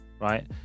Right